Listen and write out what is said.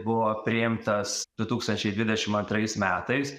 buvo priimtas du tūkstančiai dvidešim antrais metais